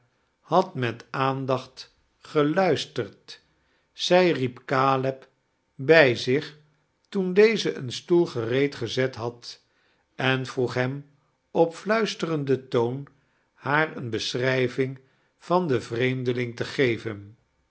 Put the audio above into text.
had met aandacht geluisterd zij riep caleb bij zich toen deze een stoel gereed geizet had en vroeg hem op fluisterenden toon haar eene beschrijvmng van den vreemdeiiing te geven